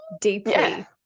deeply